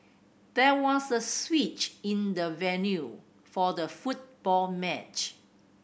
there was a switch in the venue for the football match